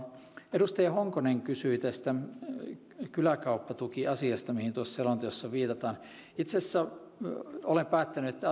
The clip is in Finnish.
edustaja honkonen kysyi tästä kyläkauppatukiasiasta mihin tuossa selonteossa viitataan itse asiassa olen päättänyt että